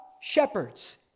shepherds